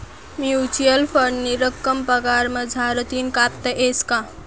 Mutual फंडनी रक्कम पगार मझारतीन कापता येस का?